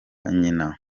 nyina